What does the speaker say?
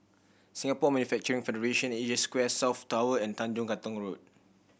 Singapore Manufacturing Federation Asia Square South Tower and Tanjong Katong Road